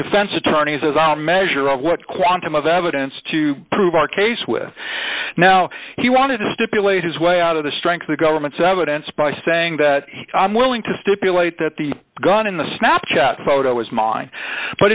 defense attorneys as our measure of what quantum of evidence to prove our case with now he wanted to stipulate his way out of the strength of the government's evidence by saying that i'm willing to stipulate that the gun in the snap chat photo is mine but